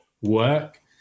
work